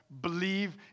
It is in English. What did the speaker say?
Believe